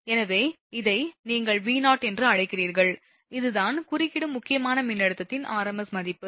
எனவே இதை நீங்கள் V0 என்று அழைக்கிறீர்கள் அதுதான் குறுக்கிடும் முக்கியமான மின்னழுத்தத்தின் rms மதிப்பு